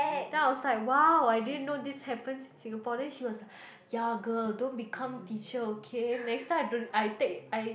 then I was like !wow! I didn't know this happened in Singapore then she was like ya girl don't become teacher okay next time I don't I take I